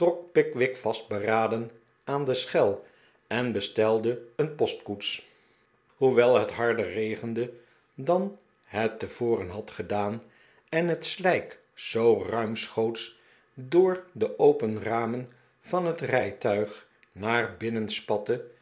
pickwick vastberaden aan de schel en bestelde een postkoets hoewel het harder regende dan het tevoren had gedaan en het slijk zoo ruimschoots door de open ramen van het rijtuig naar binnen spatte